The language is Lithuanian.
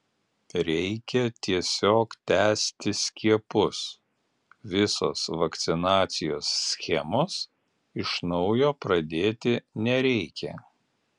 reikia tiesiog tęsti skiepus visos vakcinacijos schemos iš naujo pradėti nereikia